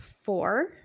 four